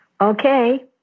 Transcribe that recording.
Okay